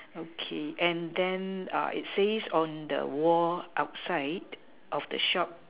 okay and then it says on the wall outside of the shop